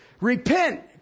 Repent